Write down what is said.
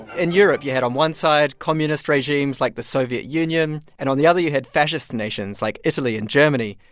in europe, you had on one side communist regimes like the soviet union, and on the other, you had fascist nations like italy and germany.